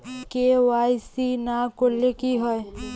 KYC না করলে কি হয়?